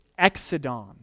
exodon